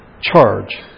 charge